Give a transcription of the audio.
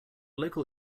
local